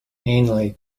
inanely